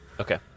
Okay